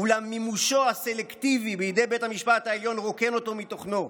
אולם מימושו הסלקטיבי בידי בית המשפט העליון רוקן אותו מתוכנו.